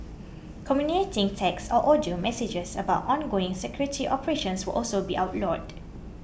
communicating text or audio messages about ongoing security operations will also be outlawed